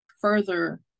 further